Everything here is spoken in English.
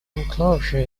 enclosure